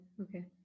okay